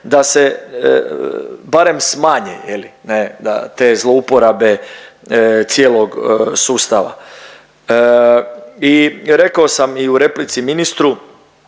da se barem smanje je li, ne te zlouporabe cijelog sustava. I rekao sam i u replici ministru,